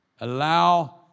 Allow